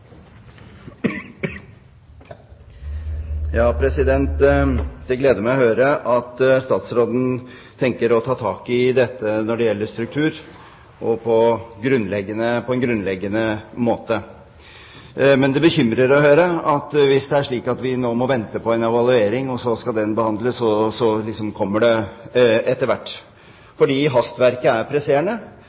Det gleder meg å høre at statsråden tenker å ta tak i dette med struktur på en grunnleggende måte. Men det bekymrer meg å høre – hvis det er slik – at vi nå må vente på en evaluering, som så skal behandles, og så kommer det liksom etter hvert, for man har hastverk, saken er presserende.